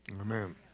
Amen